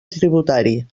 tributari